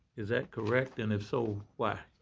is that correct? and if so, why?